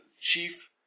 chief